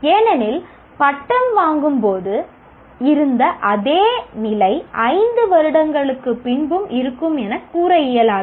ஏனெனில் பட்டம் வாங்கும் போது இருந்த அதே நிலை ஐந்து வருடங்களுக்கு பின்பும் இருக்கும் என கூற இயலாது